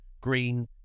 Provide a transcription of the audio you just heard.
green